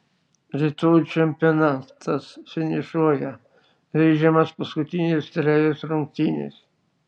rytoj čempionatas finišuoja žaidžiamos paskutinės trejos rungtynės